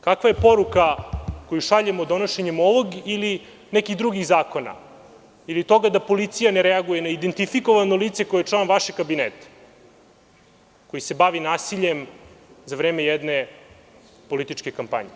Kakva je poruka koju šaljemo donošenjem ovog ili nekih drugih zakona, ili toga da policija ne reaguje na identifikovano lice koje je član vašeg kabineta, koji se bavi nasiljem za vreme jedne političke kampanje?